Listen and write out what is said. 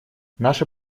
наше